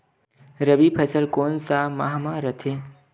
रबी फसल कोन सा माह म रथे?